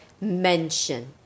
mention